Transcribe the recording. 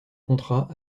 contrat